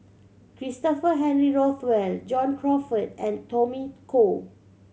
Christopher Henry Rothwell John Crawfurd and Tommy Koh